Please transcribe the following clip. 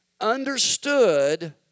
understood